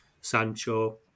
Sancho